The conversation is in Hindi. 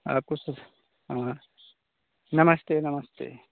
आपको सब हाँ नमस्ते नमस्ते